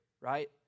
right